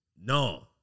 No